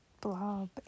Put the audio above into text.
blob